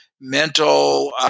mental